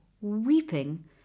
weeping